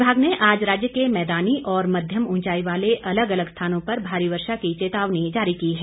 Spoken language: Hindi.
विभाग ने आज राज्य के मैदानी और मध्यम ऊंचाई वाले अलग अलग स्थानों पर भारी वर्षा की चेतावनी जारी की है